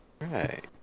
Right